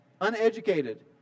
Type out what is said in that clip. Uneducated